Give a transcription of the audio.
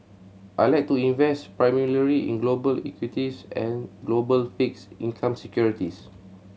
I like to invest primarily in global equities and global fixed income securities